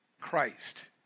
Christ